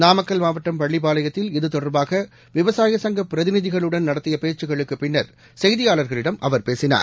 நாமக்கல் மாவட்டம் பள்ளிப்பாளையத்தில் இதுதொடர்பாக விவசாயச் சங்கப் பிரதிநிதிகளுடன் நடத்தியபேச்சுக்களுக்குப் பின்னர் செய்தியாளர்களிடம் அவர் பேசினார்